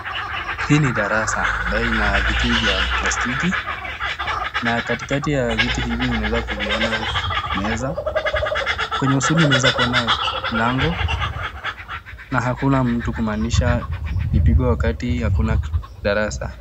Hii ni darasa ambayo ina viti vya plastiki na katikati ya viti hivi unaweza kuviona meza, kwenye usuli unaweza kuwa nayo, mlango na hakuna mtu kumaannisha imepigwa wakati hakuna darasa.